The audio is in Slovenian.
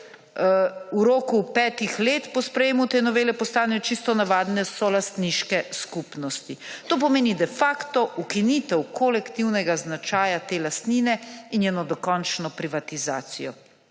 v roku petih let po sprejetju te novele postanejo čisto navadne solastniške skupnosti. To pomeni de facto ukinitev kolektivnega značaja te lastnine in njeno dokončno privatizacijo.